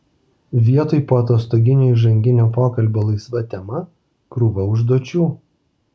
vietoj poatostoginio įžanginio pokalbio laisva tema krūva užduočių